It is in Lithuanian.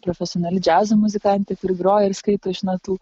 profesionali džiazo muzikantė kuri groja ir skaito iš natų